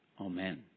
Amen